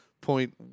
point